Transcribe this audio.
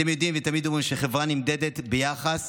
תמיד אומרים שחברה נמדדת ביחס